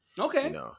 Okay